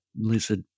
lizard